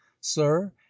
sir